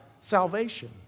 salvation